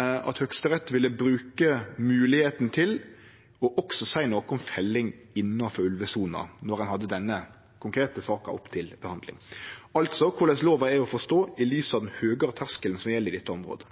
at Høgsterett ville bruke moglegheita til også å seie noko om felling innanfor ulvesona, når ein hadde denne konkrete saka oppe til behandling – altså korleis lova er å forstå i lys av den høgare terskelen som gjeld i dette området.